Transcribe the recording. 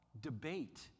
debate